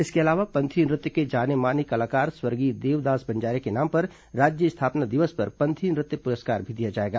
इसके अलावा पंथी नृत्य के जाने माने कलाकार स्वर्गीय देवदास बंजारे के नाम पर राज्य स्थापना दिवस पर पंथी नृत्य पुरस्कार भी दिया जाएगा